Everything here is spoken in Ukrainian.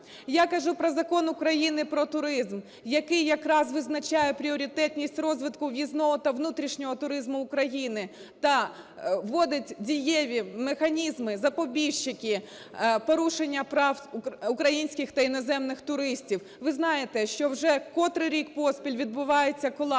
Я кажу про Закон України "Про туризм", який якраз визначає пріоритетність розвитку в'їзного та внутрішнього туризму України та вводить дієві механізми, запобіжники порушення прав українських та іноземних туристів. Ви знаєте, що вже котрий рік поспіль відбувається колапс